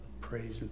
Praise